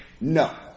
No